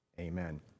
amen